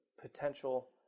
potential